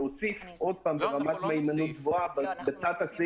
מדוע צריך להוסיף את זה עוד פעם בתוך הסעיף?